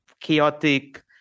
chaotic